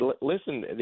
listen